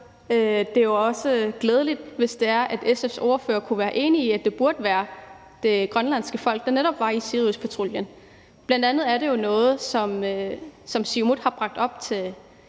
Det er også glædeligt, hvis det er, at SF's ordfører kunne være enig i, at det netop burde være det grønlandske folk, der var i Siriuspatruljen. Bl.a. er det jo noget, som Siumut har bragt op til